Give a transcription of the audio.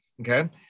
okay